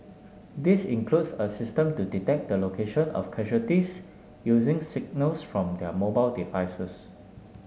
this includes a system to detect the location of casualties using signals from their mobile devices